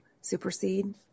supersede